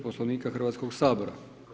Poslovnika Hrvatskog sabora.